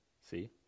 See